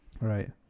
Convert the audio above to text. Right